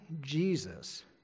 Jesus